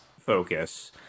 focus